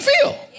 feel